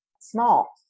small